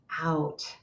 out